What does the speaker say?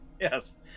Yes